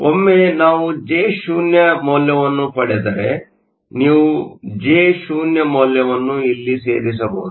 ಒಮ್ಮೆ ನಾವು J0 ಮೌಲ್ಯವನ್ನು ಪಡೆದರೆ ನೀವು J0 ಮೌಲ್ಯವನ್ನು ಇಲ್ಲಿ ಸೇರಿಸಬಹುದು